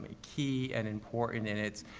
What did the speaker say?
key and important, and it's.